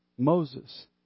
Moses